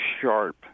sharp